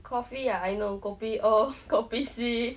coffee ah I know kopi O kopi C